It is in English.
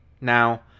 now